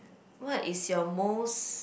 what is your most